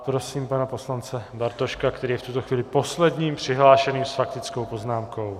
Prosím pana poslance Bartoška, který je v tuto chvíli posledním přihlášeným s faktickou poznámkou.